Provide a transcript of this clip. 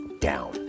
down